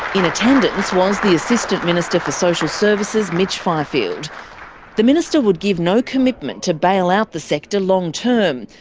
in attendance was the assistant minister for social services mitch fifield. the minister would give no commitment to bail out the sector long-term,